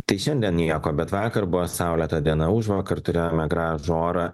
tai šiandien nieko bet vakar buvo saulėta diena užvakar turėjome gražų orą